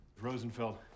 Rosenfeld